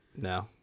No